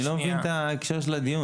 אני לא מבין את ההקשר של הנושא הזה לדיון,